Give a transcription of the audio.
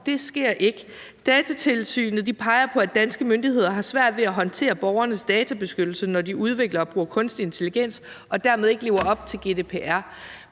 loven sker ikke. Datatilsynet peger på, at danske myndigheder har svært ved at håndtere borgernes databeskyttelse, når de udvikler og bruger kunstig intelligens, og dermed ikke lever op til GDPR.